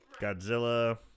Godzilla